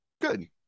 good